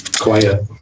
Quiet